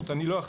מערכות ניטור